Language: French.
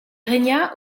régna